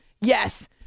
Yes